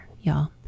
y'all